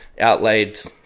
outlaid